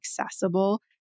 accessible